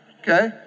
Okay